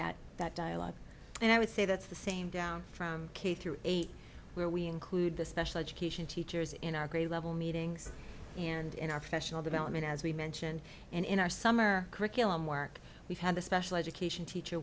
that that dialogue and i would say that's the same from k through eight where we include the special education teachers in our grade level meetings and in our professional development as we mentioned in our summer curriculum work we've had the special education teacher